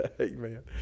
Amen